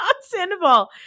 Sandoval